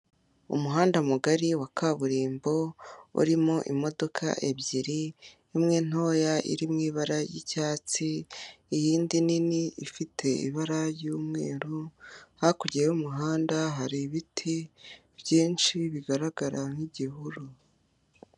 Umuhanda mugari wa kaburimbo, urimo imodoka ebyiri, imwe ntoya iri mu ibara ry'icyatsi, iyindi nini ifite ibara ry'umweru, hakurya y'umuhanda ahari ibiti byinshi, bigaragara nk'igihuru.